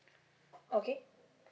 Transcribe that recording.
okay